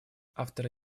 авторы